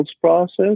process